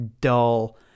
dull